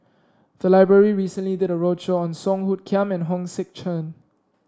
the library recently did a roadshow on Song Hoot Kiam and Hong Sek Chern